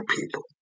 people